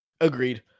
Agreed